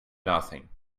nothing